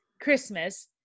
Christmas